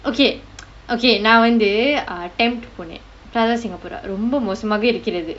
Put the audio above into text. okay okay நான் வந்து:naan vanthu TEMT போனேன்:ponaen plaza singapura ரொம்ப மோசமாக இருக்கிறது:romba mosamaaga irukkirathu